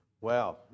Wow